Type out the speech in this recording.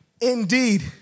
indeed